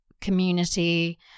community